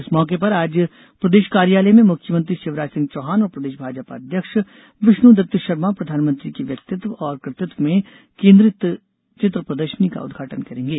इस मौके पर आज प्रदेश कार्यालय में मुख्यमंत्री शिवराज सिंह चौहान और प्रदेश भाजपा अध्यक्ष विष्णुदत्त शर्मा प्रधानमंत्री के व्यक्तित्व और कृतित्व में केन्द्रित चित्र प्रदर्शनी का उदघाटन करेंगे